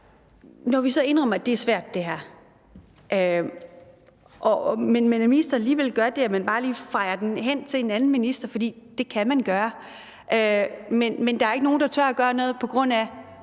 når vi så indrømmer, at det her er svært, og ministeren så alligevel bare gøre det, at han fejer det hen til en anden minister, fordi man kan gøre det, og når der er ikke nogen, der tør at gøre noget på grund af